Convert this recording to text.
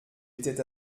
était